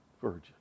Virgin